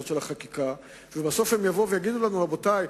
של החקיקה ובסוף הם יגידו לנו: רבותי,